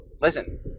listen